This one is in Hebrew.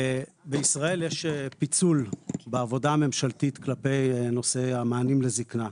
בישראל יש פיצול בעבודה הממשלתית כלפי נושא המענים לזקנה.